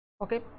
Okay